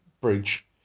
bridge